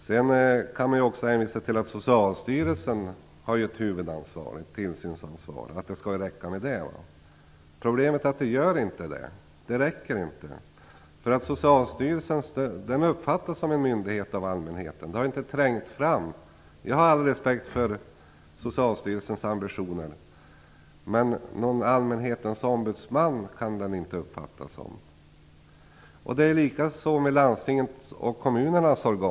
Man hänvisar också till att Socialstyrelsen har ett tillsynsansvar och att det skall räcka med det. Problemet är att det inte räcker. Socialstyrelsen uppfattas av allmänheten som en myndighet. Jag har all respekt för Socialstyrelsens ambitioner, men någon allmänhetens ombudsman kan den inte uppfattas som. Det är likadant med landstingens och kommunernas organ.